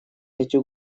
эти